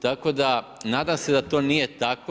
Tako da nadam se da to nije tako.